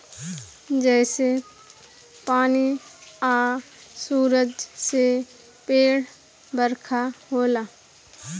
जइसे पानी आ सूरज से पेड़ बरका होला